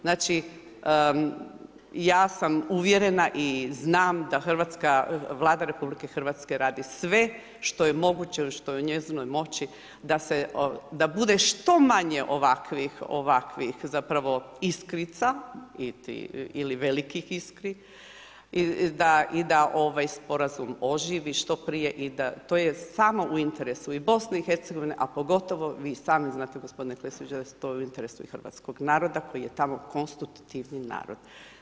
Znači, ja sam uvjerena i znam da hrvatska Vlada RH radi sve što je moguće i što je u njezinom moći da bude što manje ovakvih zapravo iskrica, ili velikih iskri i da sporazum oživi što prije i to je samo u interesu BIH a pogotovo, vi sami znate gospodine Klisoviću, da je to u interesu i hrvatskog naroda, koji je tamo konstitutivni narod.